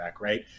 right